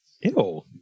Ew